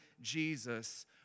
Jesus